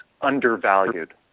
undervalued